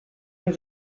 hier